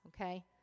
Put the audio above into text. okay